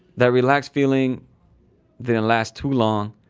that relaxed feeling didn't last too long